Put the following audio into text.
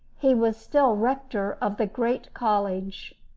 he was still rector of the great college.